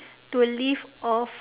to live off